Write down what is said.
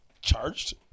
Charged